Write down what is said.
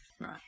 Right